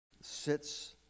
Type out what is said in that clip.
sits